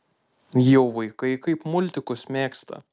jau vaikai kaip multikus mėgsta